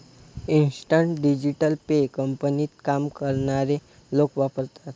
instant digital pay कंपनीत काम करणारे लोक वापरतात